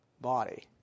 body